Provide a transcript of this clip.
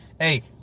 Hey